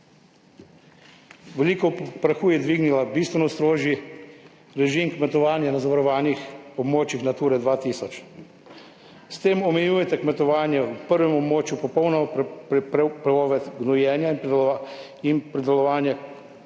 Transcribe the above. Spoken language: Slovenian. Veliko prahu je dvignil bistveno strožji režim kmetovanja na zavarovanih območjih Nature 2000. S tem omejujete kmetovanje v prvem območju, popolna prepoved gnojenja in pridelovanja, košnjo